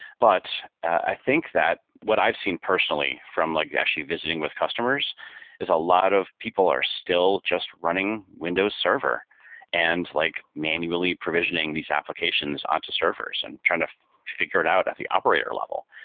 but i think that what i've seen personally from like yeah actually visiting with customers is a lot of people are still just running windows server and like manually provisioning these applications onto servers and trying to figure out at the operator level.